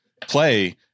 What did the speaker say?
play